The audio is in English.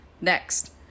next